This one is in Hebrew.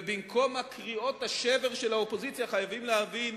ובמקום קריאות השבר של האופוזיציה חייבים להבין